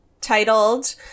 titled